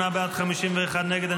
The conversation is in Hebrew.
58 בעד, 51 נגד.